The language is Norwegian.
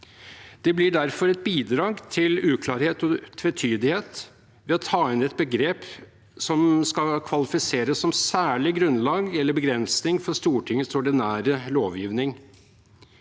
Det blir derfor et bidrag til uklarhet og tvetydighet ved å ta inn et begrep som skal kvalifisere som særlig grunnlag eller begrensning for Stortingets ordinære lovgivning.